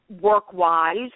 work-wise